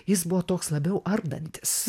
jis buvo toks labiau ardantis